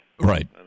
Right